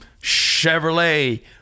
Chevrolet